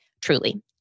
truly